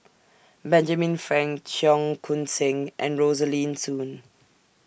Benjamin Frank Cheong Koon Seng and Rosaline Soon